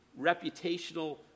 reputational